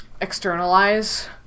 externalize